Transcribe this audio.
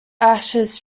ashes